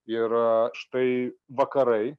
ir štai vakarai